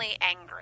angry